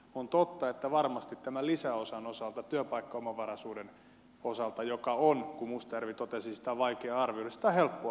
on totta että varmasti tämän lisäosan osalta työpaikkaomavaraisuuden osalta kun mustajärvi totesi että sitä on vaikea arvioida sitä on helppo arvioida